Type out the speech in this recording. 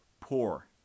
poor